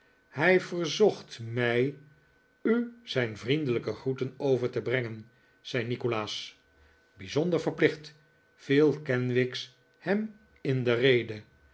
hij verzocht mij u zijn vriendelijke groeten over te brengen zei nikolaas bijzonder verplicht viel kenwigs hem in de rede